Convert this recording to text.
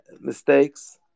mistakes